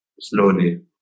slowly